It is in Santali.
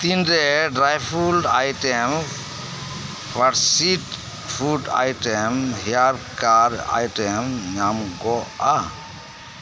ᱛᱤᱱᱨᱮ ᱰᱟᱨᱭᱯᱷᱩᱰ ᱟᱭᱴᱮᱢ ᱯᱷᱨᱟᱥᱤᱴ ᱯᱷᱩᱰ ᱟᱭᱴᱮᱢ ᱦᱮᱭᱟᱨᱠᱟᱨ ᱟᱭᱴᱮᱢ ᱧᱟᱢ ᱠᱚᱜᱼᱟ